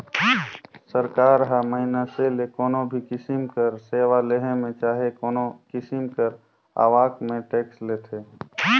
सरकार ह मइनसे ले कोनो भी किसिम कर सेवा लेहे में चहे कोनो किसिम कर आवक में टेक्स लेथे